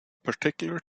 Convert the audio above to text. particular